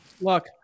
Look